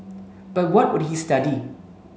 but what would he study